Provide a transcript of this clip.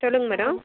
சொல்லுங்கள் மேடம்